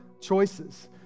choices